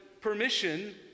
permission